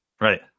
right